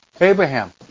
Abraham